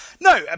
No